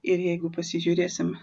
ir jeigu pasižiūrėsim